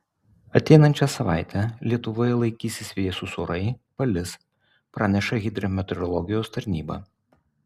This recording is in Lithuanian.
ateinančią savaitę lietuvoje laikysis vėsūs orai palis praneša hidrometeorologijos tarnyba